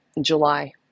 July